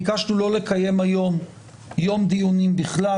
ביקשנו לא לקיים היום יום דיונים בכלל.